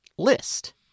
List